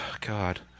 God